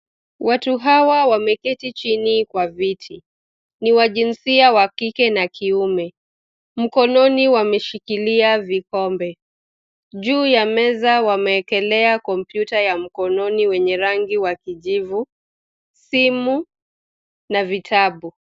Watu hawa wameketi chini kwa viti. Ni wa jinsia wa kike na kiume ,mkononi wameshikilia vikombe .Juu ya meza wamewekelea kompyuta ya mkononi wenye rangi ya kijivu, simu na kitabu.